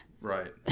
Right